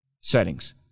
settings